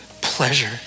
pleasure